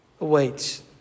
awaits